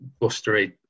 bustery